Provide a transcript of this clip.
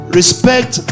respect